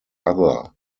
other